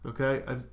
okay